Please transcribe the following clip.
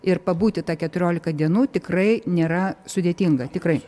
ir pabūti tą keturiolika dienų tikrai nėra sudėtinga tikrai